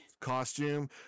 costume